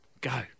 go